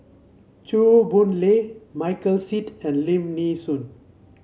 Chew Boon Lay Michael Seet and Lim Nee Soon